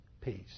peace